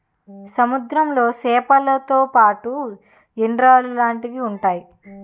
సముద్రంలో సేపలతో పాటు ఎండ్రలు లాంటివి ఉంతాయి